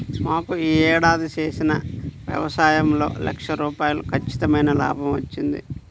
మాకు యీ ఏడాది చేసిన యవసాయంలో లక్ష రూపాయలు ఖచ్చితమైన లాభం వచ్చింది